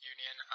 Union